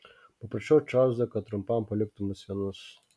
paprašiau čarlzo kad trumpam paliktų mus vienus